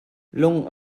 lung